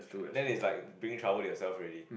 then it's like bringing trouble to yourself already